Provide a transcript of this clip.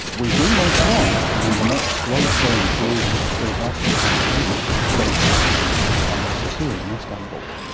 we do later on. i mean, the next great domed building that is built after the pantheon and based on it is hagia ah sophia in istanbul,